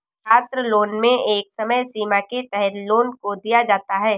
छात्रलोन में एक समय सीमा के तहत लोन को दिया जाता है